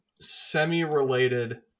semi-related